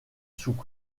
sous